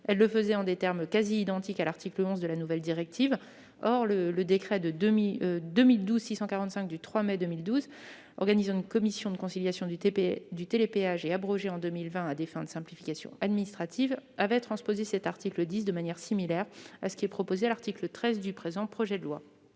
Il le faisait en des termes quasi identiques à ceux de l'article 11 de la nouvelle directive. Or le décret n° 2012-645 du 3 mai 2012 organisant une commission de conciliation du télépéage, abrogé en 2020 à des fins de simplification administrative, avait transposé cet article 10 de manière similaire. La rédaction proposée à l'article 13 du présent texte permet